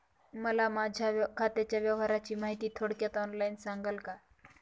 मला माझ्या खात्याच्या व्यवहाराची माहिती थोडक्यात ऑनलाईन सांगाल का?